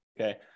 okay